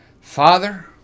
Father